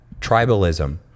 tribalism